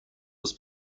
was